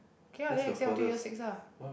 okay ah then instead of two year six ah